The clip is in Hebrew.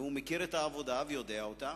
והוא מכיר את העבודה ויודע אותה.